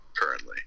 currently